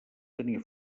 tenir